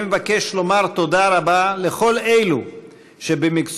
אני מבקש לומר תודה רבה לכל אלו שבמקצועיות